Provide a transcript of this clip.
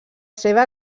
seva